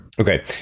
Okay